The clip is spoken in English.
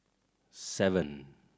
seven